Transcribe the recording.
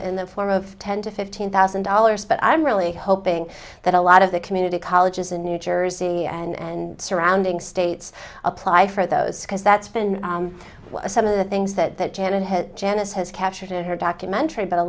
form of ten to fifteen thousand dollars but i'm really hoping that a lot of the community colleges in new jersey and surrounding states apply for those because that's been some of the things that that janet has janice has captured in her documentary but a